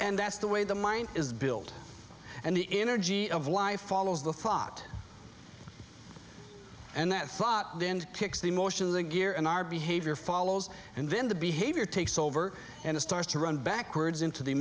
and that's the way the mind is built and the energy of life follows the thought and that thought the end kicks the motion of the gear and our behavior follows and then the behavior takes over and it starts to run backwards into the